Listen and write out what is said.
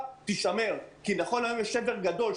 הזאת תישמר כי נכון להיום יש שבר גדול,